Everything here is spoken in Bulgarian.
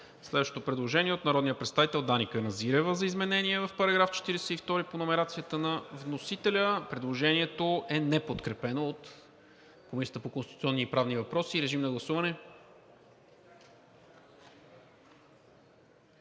Следващото предложение е от народния представител Дани Каназирева за изменение в § 42 по номерацията на вносителя. Предложението е неподкрепено от Комисията по конституционни и правни въпроси. Гласували